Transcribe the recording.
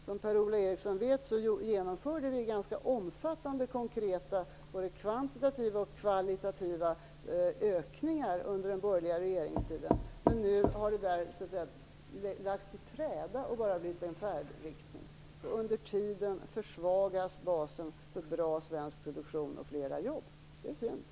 Som Per-Ola Eriksson vet genomförde vi ganska omfattande konkreta både kvantitativa och kvalitativa ökningar under den borgerliga regeringstiden, men det har nu lagts i träda och bara blivit en färdriktning. Under tiden försvagas basen för bra svensk produktion och flera jobb. Det är synd.